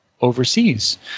overseas